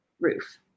roof